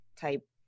type